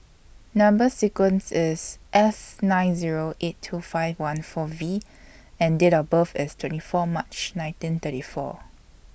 Number sequence IS S nine Zero eight two five one four V and Date of birth IS twenty four March nineteen thirty four